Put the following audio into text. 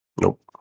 Nope